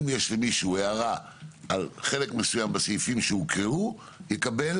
אם יש למישהו הערה על חלק מסוים בסעיפים שהוקראו הוא יקבל